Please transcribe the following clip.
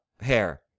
hair